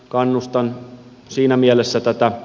kannustan siinä mielessä tätä